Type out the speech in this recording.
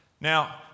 Now